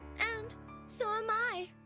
and so am i.